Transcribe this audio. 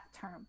term